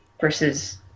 versus